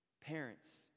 Parents